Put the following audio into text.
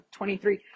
23